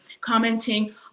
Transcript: commenting